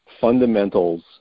fundamentals